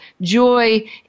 joy